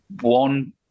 one